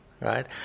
right